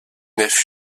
nef